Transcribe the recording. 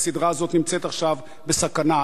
והסדרה הזאת נמצאת עכשיו בסכנה.